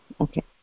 okay